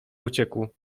uciekł